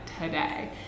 today